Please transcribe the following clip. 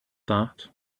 that